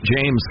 James